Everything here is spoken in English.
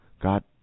God